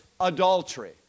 adultery